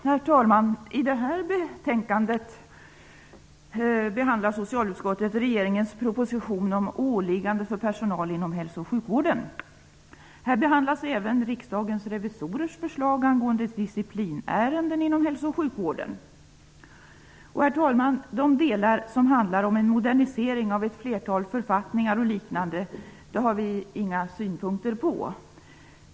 Herr talman! I detta betänkande behandlar socialutskottet regeringens proposition om åliggande för personal inom hälso och sjukvården. Här behandlas även Riksdagens revisorers förslag angående disciplinärenden inom hälso och sjukvården. Herr talman! De delar som handlar om en modernisering av ett flertal författningar och liknande har vi inga synpunkter på.